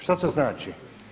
Šta to znači?